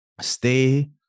stay